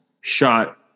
shot